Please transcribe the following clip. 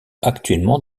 actuellement